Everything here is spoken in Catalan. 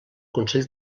consell